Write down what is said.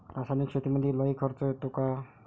रासायनिक शेतीमंदी खर्च लई येतो का?